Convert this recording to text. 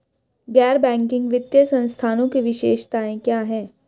गैर बैंकिंग वित्तीय संस्थानों की विशेषताएं क्या हैं?